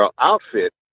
outfit